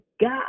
God